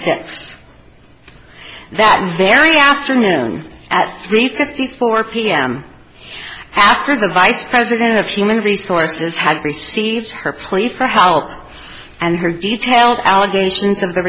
cents that very afternoon at three fifty four pm after the vice president of human resources had received her plea for help and her detailed allegations of